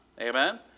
amen